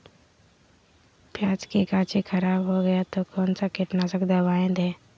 प्याज की गाछी खराब हो गया तो कौन सा कीटनाशक दवाएं दे?